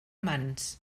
mans